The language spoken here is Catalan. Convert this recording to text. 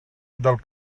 del